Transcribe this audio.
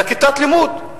כיתת לימוד.